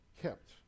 kept